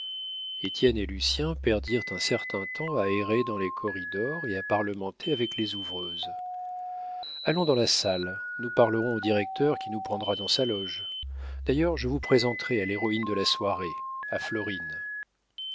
étienne et lucien perdirent un certain temps à errer dans les corridors et à parlementer avec les ouvreuses allons dans la salle nous parlerons au directeur qui nous prendra dans sa loge d'ailleurs je vous présenterai à l'héroïne de la soirée à florine